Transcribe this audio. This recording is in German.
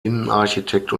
innenarchitekt